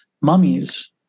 mummies